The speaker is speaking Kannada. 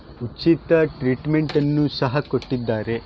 ಉಚಿತ ಟ್ರೀಟ್ಮೆಂಟನ್ನು ಸಹ ಕೊಟ್ಟಿದ್ದಾರೆ